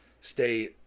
stay